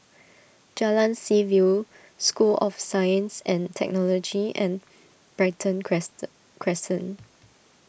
Jalan Seaview School of Science and Technology and Brighton Crescent Crescent